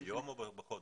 ביום או בחודש?